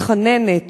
מתחננת,